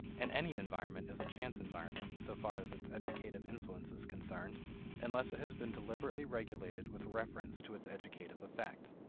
and any environment is a chance environment so far as its educative influence is concerned unless it has been deliberately regulated with reference to its educative effect.